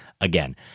again